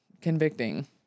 convicting